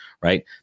right